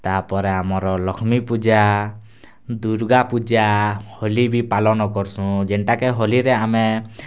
ତା'ର୍ପରେ ଆମର୍ ଲକ୍ଷ୍ମୀ ପୂଜା ଦୁର୍ଗା ପୂଜା ହୋଲି ବି ପାଲନ୍ କର୍ସୁଁ ଯେନ୍ତା କେ ହୋଲି ନେ ଆମେ